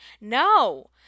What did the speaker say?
no